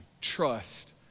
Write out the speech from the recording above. Trust